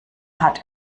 hat